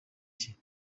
cye